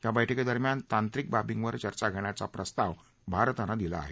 या बैठकीदरम्यान तांत्रिक बाबींवर चर्चा घेण्याचा प्रस्ताव भारतानं दिला आहे